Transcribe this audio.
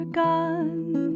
gone